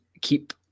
keep